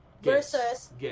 versus